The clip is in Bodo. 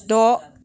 द'